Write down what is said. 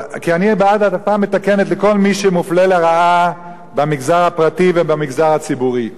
כי אני בעד העדפה מתקנת לכל מי שמופלה לרעה במגזר הפרטי ובמגזר הציבורי,